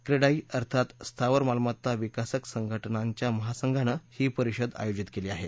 क्रेडाई अर्थात स्थावर मालमत्ता विकासक संघटनांच्या महासंघानं ही परिषद आयोजित केली आहे